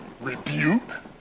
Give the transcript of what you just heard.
Rebuke